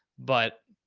but